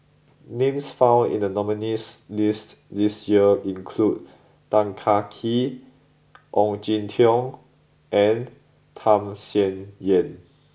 names found in the Nominees' list this year include Tan Kah Kee Ong Jin Teong and Tham Sien Yen